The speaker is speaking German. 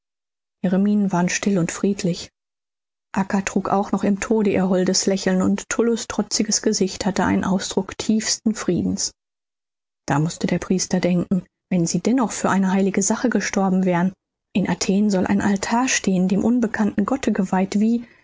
waren still und friedlich acca trug auch noch im tode ihr holdes lächeln und tullus trotziges gesicht hatte einen ausdruck tiefsten friedens da mußte der priester denken wenn sie dennoch für eine heilige sache gestorben wären in athen soll ein altar stehen dem unbekannten gotte geweiht wie